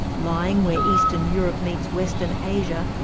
lying where eastern europe meets western asia,